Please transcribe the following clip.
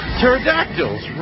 Pterodactyls